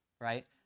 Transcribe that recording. right